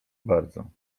bardzo